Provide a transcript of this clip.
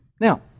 Now